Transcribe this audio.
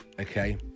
okay